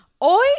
Hoy